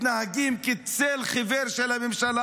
מתנהגים כצל חיוור של הממשלה.